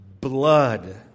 blood